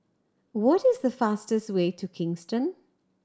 what is the fastest way to Kingston